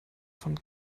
von